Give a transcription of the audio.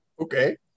Okay